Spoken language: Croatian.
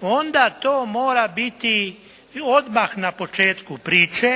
onda to mora biti odmah na početku priče,